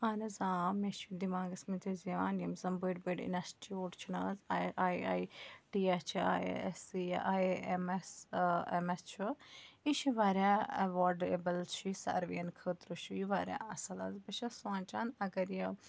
اہن حظ آ مےٚ چھِ دیٚماغَس منٛز حظ یِوان یِم زَن بٔڑۍ بٔڑۍ اِنَسچوٗٹ چھِنہٕ آز I I I T S چھِ آی آی ایس سی یا I A M S M S چھُ یہِ چھُ واریاہ اواڈایبٕل چھُ یہِ ساروِیَن خٲطرٕ چھُ یہِ واریاہ اَصٕل حظ بہٕ چھَس سونٛچان اگر یہِ